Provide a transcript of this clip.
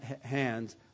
hands